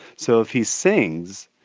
so, if he sings,